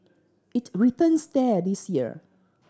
it returns there this year